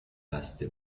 بسته